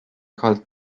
called